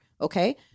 okay